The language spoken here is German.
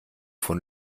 von